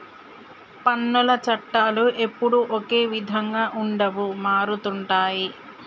పన్నుల చట్టాలు ఎప్పుడూ ఒకే విధంగా ఉండవు మారుతుంటాయి